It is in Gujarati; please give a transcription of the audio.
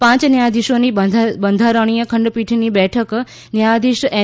પાંચ ન્યાયાધીશોની બંધારણીય ખંડપીઠની બેઠક ન્યાયાધીશ એન